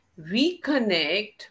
reconnect